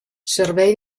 servei